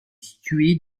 située